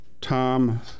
Tom